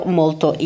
molto